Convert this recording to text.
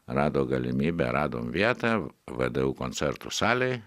rado galimybę radom vietą vdu koncertų salėj